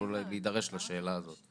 ויוכלו להידרש לשאלה הזאת.